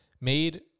made